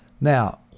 Now